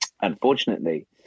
Unfortunately